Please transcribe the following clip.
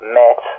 met